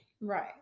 Right